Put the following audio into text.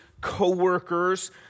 coworkers